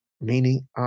meaning